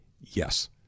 Yes